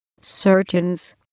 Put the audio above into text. surgeons